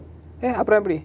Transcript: okay அப்ரோ எப்டி:apro epdi